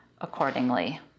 accordingly